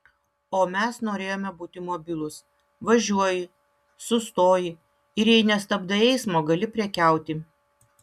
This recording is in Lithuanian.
o mes norėjome būti mobilūs važiuoji sustoji ir jei nestabdai eismo gali prekiauti